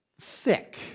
thick